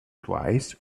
twice